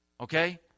okay